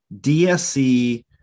DSC